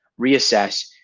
reassess